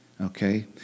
Okay